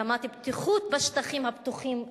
רמת הבטיחות בשטחים הפתוחים,